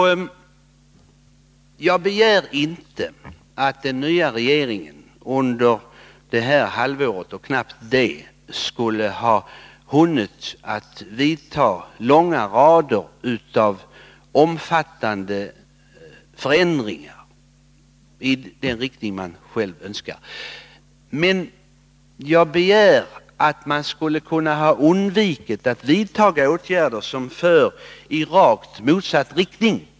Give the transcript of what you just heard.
Jag begär inte att den nya regeringen på knappt ett halvår skall ha hunnit vidta långa rader av omfattande förändringar i den riktning som den själv önskar, men den borde ha kunnat undvika åtgärder, som för i rakt motsatt riktning.